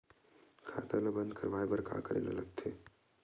खाता ला बंद करवाय बार का करे ला लगथे?